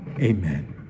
Amen